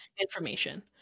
information